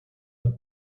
ein